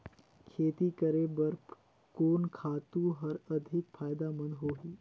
खेती करे बर कोन खातु हर अधिक फायदामंद होही?